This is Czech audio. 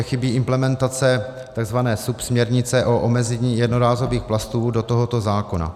Chybí implementace takzvané subsměrnice o omezení jednorázových plastů do tohoto zákona.